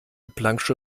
plancksche